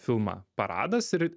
filmą paradas ir